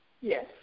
Yes